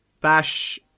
Bash